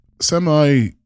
semi